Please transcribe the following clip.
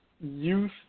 youth –